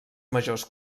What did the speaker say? majors